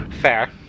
Fair